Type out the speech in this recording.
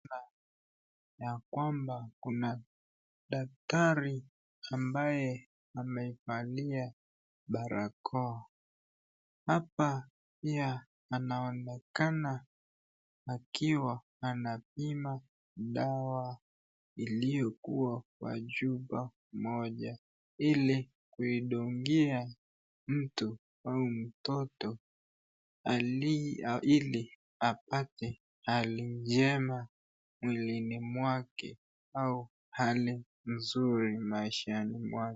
Tunaona ya kwamba kuna daktari ambaye amevalia barakoa, hapa pia anaonekana akiwa anapima dawa iliyokuwa kwa chupa moja ili kuidungia mtu au mtoto ili apate hali njema mwilini mwake au hali nzuri maishani mwake.